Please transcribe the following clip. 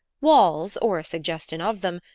walls, or a suggestion of them,